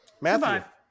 Matthew